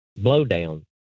blowdown